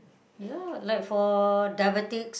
ya like for diabetic